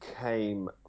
came